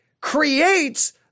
creates